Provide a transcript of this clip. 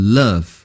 love